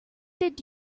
did